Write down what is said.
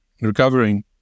recovering